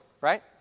right